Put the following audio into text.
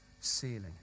ceiling